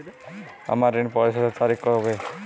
আমার ঋণ পরিশোধের তারিখ কবে?